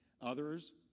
others